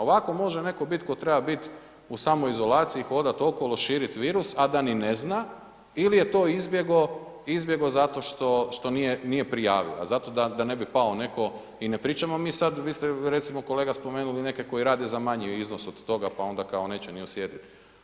Ovako može netko bit, tko treba biti u samoizolaciji hodat okolo širit virus, a da ni ne zna ili je to izbjegao zato što nje prijavio, zato da ne bi pao netko i ne pričamo mi sad, vi ste recimo kolega spomenuli neke koji rade za manji iznos od toga pa onda kao neće ni osjetiti.